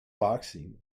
boxing